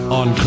on